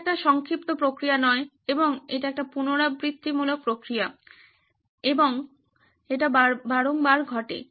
এটি একটি সংক্ষিপ্ত প্রক্রিয়া নয় বরং এটি একটি পুনরাবৃত্তিমূলক প্রক্রিয়া এবং এটি বারংবার ঘটে